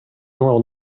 neural